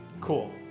Cool